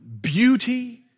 beauty